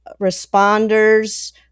responders